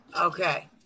Okay